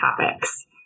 topics